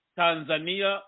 tanzania